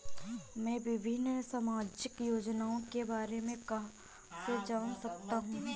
मैं विभिन्न सामाजिक योजनाओं के बारे में कहां से जान सकता हूं?